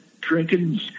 drinking